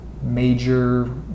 major